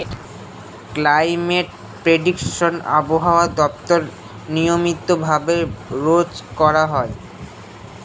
climate prediction আবহাওয়া দপ্তর নিয়মিত ভাবে রোজ করা হয়